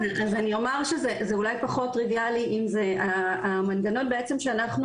אז אני אומר שזה אולי פחות טריוויאלי אם זה המנגנון שבעצם אנחנו